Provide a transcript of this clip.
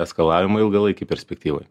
eskalavimui ilgalaikėj perspektyvoj